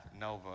Nova